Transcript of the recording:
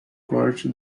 corte